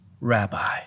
Rabbi